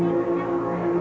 not going to heave